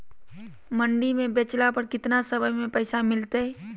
मंडी में बेचला पर कितना समय में पैसा मिलतैय?